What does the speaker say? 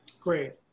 Great